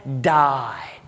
died